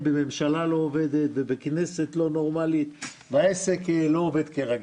בממשלה לא עובדת ובכנסת לא נורמלית והעסק לא עובד כרגיל.